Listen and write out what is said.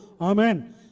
Amen